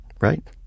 Right